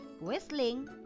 whistling